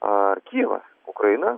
ar kijevas ukraina